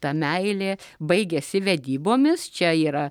ta meilė baigiasi vedybomis čia yra